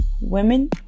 Women